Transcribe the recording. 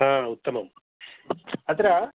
उत्तमम् अत्र